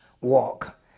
walk